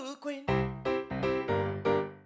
Queen